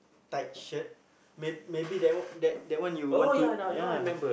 tight shirt may maybe that that one you want to ya